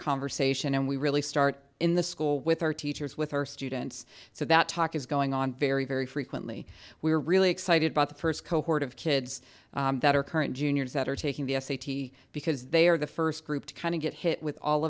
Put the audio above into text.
conversation and we really start in the school with our teachers with her students so that talk is going on very very frequently we are really excited by the first cohort of kids that are current juniors that are taking the s a t because they are the first group to kind of get hit with all